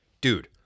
Dude